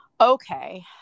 Okay